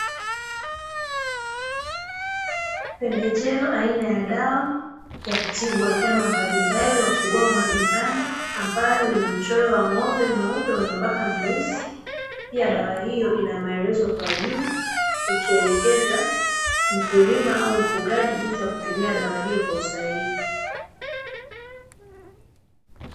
Pembejeo aina ya dawa ya kutibu wanyama mbalimbali wa kufugwa majumbani ambayo ina mchoto wa ng’ombe mweupe mwenye mabaka meusi, juu ya dawa hiyo ina maelezo kwa juu ikielekeza mkulima au mfugaji jinsi ya kuitumia dawa hiyo kwa usahihi.